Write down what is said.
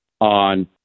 on